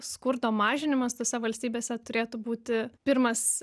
skurdo mažinimas tose valstybėse turėtų būti pirmas